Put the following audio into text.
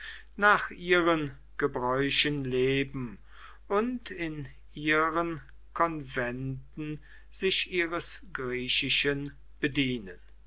nach ihren gebräuchen leben und in ihren konventen sich ihres griechischen bedienen